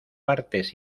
partes